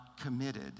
committed